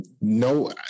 no